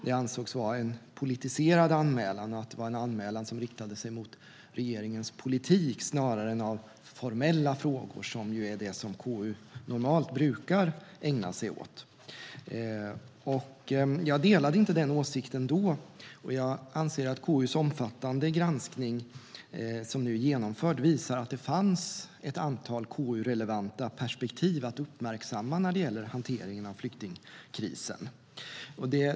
Den ansågs vara en politiserad anmälan, det vill säga en anmälan som riktade sig mot regeringens politik snarare än mot formella frågor, som är det KU normalt ägnar sig åt. Jag delade inte den åsikten då, och jag anser att KU:s omfattande granskning som har genomförts visar att det fanns ett antal KU-relevanta perspektiv att uppmärksamma när det gäller hanteringen av flyktingkrisen.